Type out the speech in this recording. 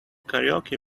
karaoke